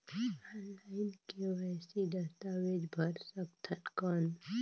Online KYC दस्तावेज भर सकथन कौन?